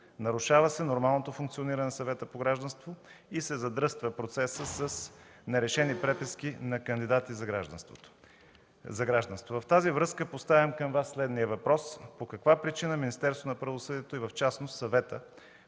нарушава се нормалното функциониране на Съвета по гражданството и се задръства процесът с нерешени преписки на кандидати за гражданство. В тази връзка поставям към Вас следния въпрос: по каква причина Министерството на правосъдието и в частност Съветът